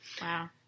Wow